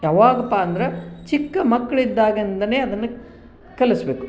ಯಾವಾಗಪ್ಪ ಅಂದರೆ ಚಿಕ್ಕ ಮಕ್ಳಿದ್ದಾಗಿಂದಲೇ ಅದನ್ನು ಕಲಿಸಬೇಕು